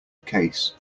case